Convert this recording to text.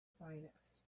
finest